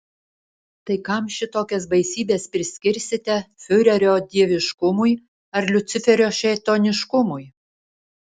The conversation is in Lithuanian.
tai kam šitokias baisybes priskirsite fiurerio dieviškumui ar liuciferio šėtoniškumui